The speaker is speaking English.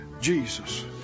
Jesus